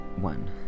one